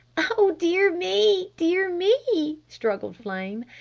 oh, dear me, dear me, struggled flame.